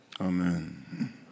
Amen